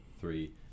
three